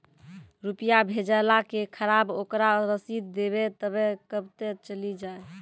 रुपिया भेजाला के खराब ओकरा रसीद देबे तबे कब ते चली जा?